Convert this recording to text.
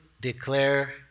declare